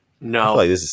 No